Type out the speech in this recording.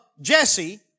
Jesse